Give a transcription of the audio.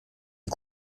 die